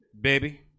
Baby